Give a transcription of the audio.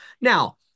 Now